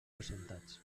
presentats